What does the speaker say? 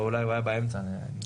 אבל אולי הוא היה באמצע לדבר על זה.